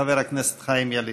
חבר הכנסת חיים ילין.